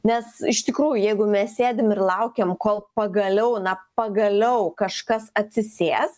nes iš tikrųjų jeigu mes sėdim ir laukiam kol pagaliau na pagaliau kažkas atsisės